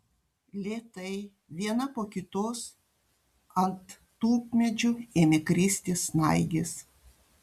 lėtai viena po kitos ant tulpmedžių ėmė kristi snaigės